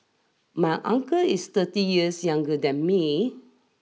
my uncle is thirty years younger than me